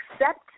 accept